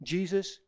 Jesus